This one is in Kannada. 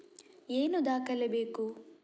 ಏನು ದಾಖಲೆ ಬೇಕು?